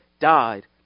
died